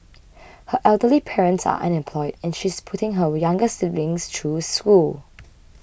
her elderly parents are unemployed and she's putting her younger siblings ture school